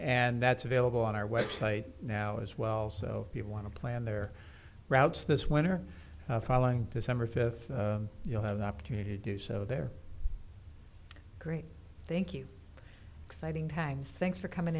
and that's available on our website now as well so you want to plan their routes this winter following december fifth you'll have an opportunity to do so they're great thank you exciting times thanks for coming